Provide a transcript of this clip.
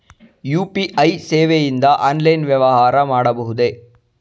UPI ಸೇವೆಯಿಂದ online ವ್ಯವಹಾರ ಮಾಡಬಹುದೇ?